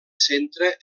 centre